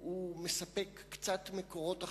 הוא מספק קצת מקורות הכנסה.